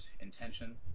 intention